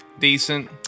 Decent